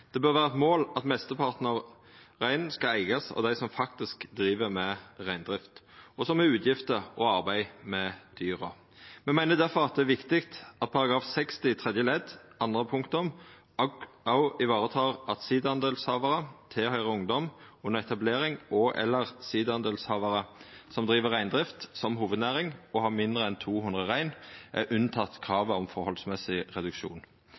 Det bør vera eit mål at mesteparten av reinen skal eigast av dei som faktisk driv med reindrift, og som har utgifter og arbeid med dyra. Me meiner difor at det er viktig at § 60 tredje ledd andre punktum òg varetak at sida-delshavarar som tilhøyrer ungdom under etablering og/eller sida-delshavarar som driv reindrift som hovudnæring og har mindre enn 200 rein, er unnateke kravet om forholdsmessig reduksjon.